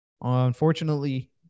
unfortunately